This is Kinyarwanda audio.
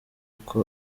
uko